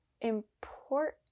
important